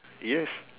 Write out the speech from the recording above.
yes